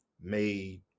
made